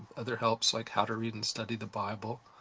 other helps like how to read and study the bible,